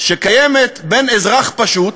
שקיימת בין אזרח פשוט,